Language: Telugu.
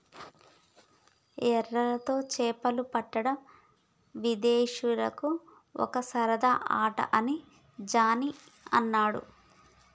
ఎరతో చేపలు పట్టడం విదేశీయులకు ఒక సరదా ఆట అని జానీ అన్నాడు